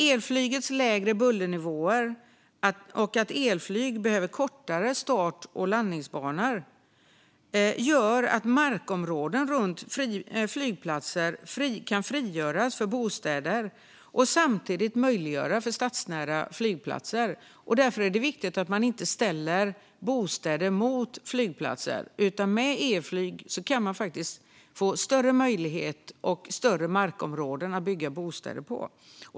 Elflygets lägre bullernivåer och dess behov av kortare start och landningsbanor gör att markområden runt flygplatser kan frigöras för bostäder, samtidigt som stadsnära flygplatser möjliggörs. Det är därför viktigt att man inte ställer bostäder mot flygplatser. Med elflyg kan man få större möjligheter och större markområden att bygga bostäder på.